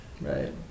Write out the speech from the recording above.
right